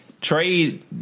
Trade